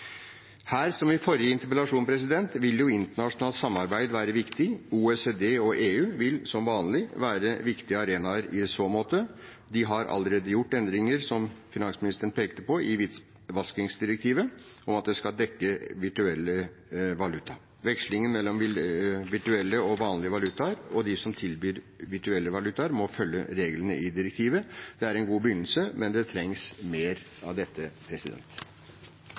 Her, som i forrige interpellasjon, vil internasjonalt samarbeid være viktig. OECD og EU vil som vanlig være viktige arenaer i så måte. De har allerede gjort endringer i hvitvaskingsdirektivet, som finansministeren pekte på, om at det skal dekke virtuell valuta. Vekslingen mellom virtuelle og vanlige valutaer og de som tilbyr virtuelle valutaer, må følge reglene i direktivet. Det er en god begynnelse, men det trengs mer av dette.